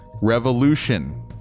Revolution